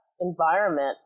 environment